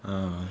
ah